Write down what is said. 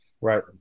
Right